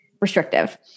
restrictive